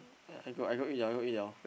yeah I go I go eat [liao] go eat [liao]